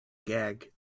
gag